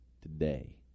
today